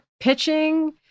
Pitching